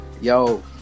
yo